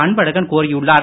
அன்பழகன் கோரியுள்ளார்